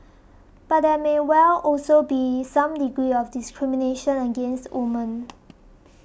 but there may well also be some degree of discrimination against women